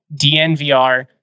DNVR